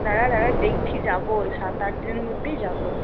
দাঁড়া দাঁড়া দেখছি যাবো সাত আট দিনের মধ্যেই যাবো